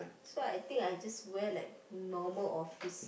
that's why I think I just wear like normal office